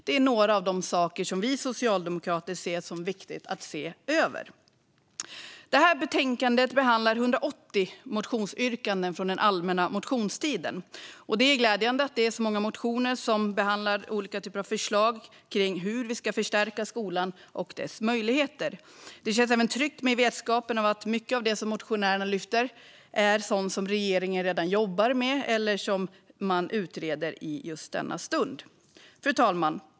Det är några av de saker som vi socialdemokrater ser som viktiga att se över. I betänkandet behandlas 180 motionsyrkanden från den allmänna motionstiden. Det är glädjande att det är så många motioner som behandlar olika typer av förslag på hur vi ska förstärka skolan och dess möjligheter. Det känns även tryggt med vetskapen om att mycket av det som motionärerna lyfter är sådant som regeringen redan jobbar med eller utreder i denna stund. Fru talman!